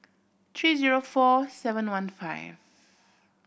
three zero four seven one five